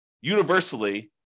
universally